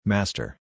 Master